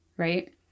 Right